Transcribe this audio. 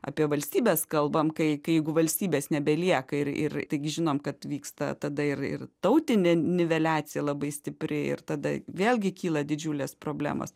apie valstybes kalbam kai kai jeigu valstybės nebelieka ir ir taigi žinom kad vyksta tada ir ir tautinė niveliacija labai stipri ir tada vėlgi kyla didžiulės problemos